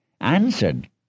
answered